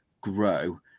grow